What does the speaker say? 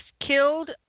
killed